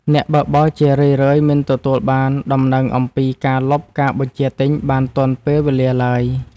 អ្នកបើកបរជារឿយៗមិនទទួលបានដំណឹងអំពីការលុបការបញ្ជាទិញបានទាន់ពេលវេលាឡើយ។